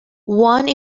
one